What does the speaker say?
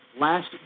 Last